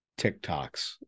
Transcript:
TikToks